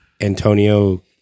Antonio